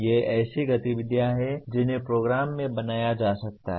ये ऐसी गतिविधियाँ हैं जिन्हें प्रोग्राम में बनाया जा सकता है